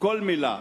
כל מלה.